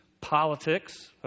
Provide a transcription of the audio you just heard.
politics